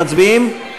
איציק שמולי,